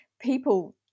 people